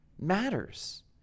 matters